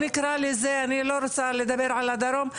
אני לא רוצה לדבר על הדרום,